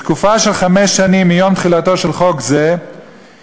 בתקופה של חמש שנים מיום תחילתו של חוק זה ייקבעו